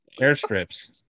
airstrips